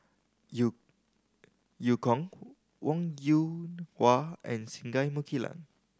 Eu Eu Kong Wong Yoon Wah and Singai Mukilan